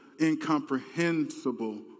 incomprehensible